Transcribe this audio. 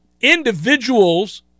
individuals